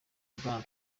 bwana